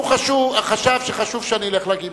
הוא חשב שחשוב שאני אלך לגימנסיה.